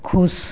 ख़ुुश